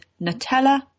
Nutella